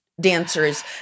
dancers